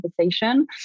conversation